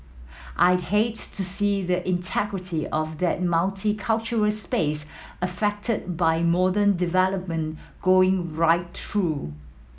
I'd hate to see the integrity of that multicultural space affected by modern development going right through